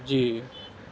جی